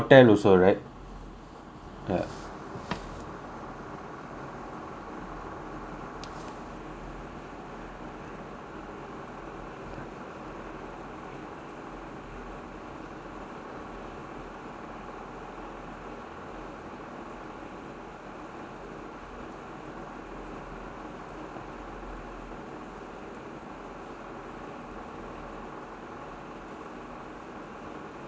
ya